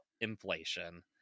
inflation